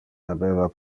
habeva